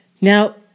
Now